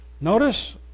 notice